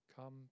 Come